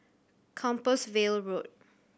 Compassvale Road